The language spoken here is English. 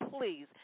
please